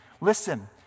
listen